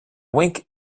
wink